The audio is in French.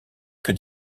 que